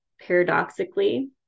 paradoxically